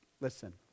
listen